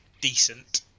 decent